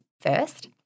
first